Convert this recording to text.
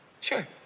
Sure